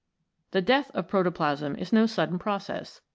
the death of protoplasm is no sudden process.